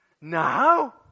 Now